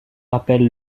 rappelle